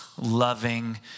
loving